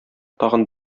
тагын